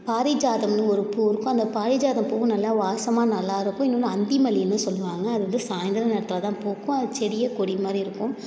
பாரிஜாதம்னு ஒரு பூ இருக்கும் அந்த பாரிஜாதம் பூவும் நல்லா வாசமாக நல்லா இருக்கும் இன்னொன்று அந்திமல்லின்னு சொல்வாங்க அது வந்து சாயந்தர நேரத்தில் தான் பூக்கும் அது செடியே கொடி மாதிரி இருக்கும்